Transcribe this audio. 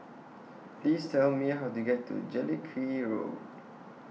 Please Tell Me How to get to Jellicoe Road